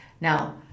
Now